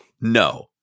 No